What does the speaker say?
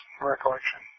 recollection